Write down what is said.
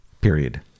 period